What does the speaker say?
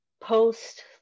post